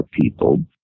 people